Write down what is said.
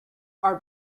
are